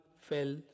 fell